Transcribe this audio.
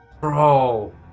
Bro